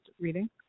reading